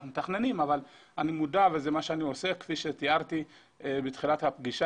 אנחנו מתכננים אבל אני מודע וזה מה שאני עושה כפי שתיארתי בתחילת הדיון.